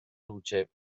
luce